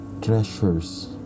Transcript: treasures